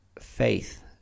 faith